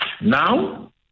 Now